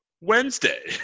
wednesday